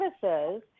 services